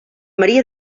maria